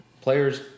players